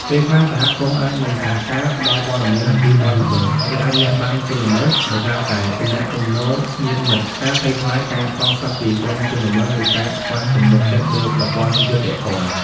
ពេលខ្លះ សហគមន៍អាច មិនសហការ ផ្តល់ព័ត៌មានអំពីបទល្មើស ឬអាច លាក់បាំងជនល្មើស ដោយសារតែទំនាក់ទំនងញាតិមិត្ត ការភ័យខ្លាចការសងសឹកពីក្រុមជនល្មើស ឬការខ្វះទំនុកចិត្តលើប្រព័ន្ធយុត្តិធម៌។